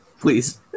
Please